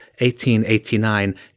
1889